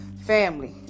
Family